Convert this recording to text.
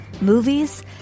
movies